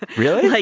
really? like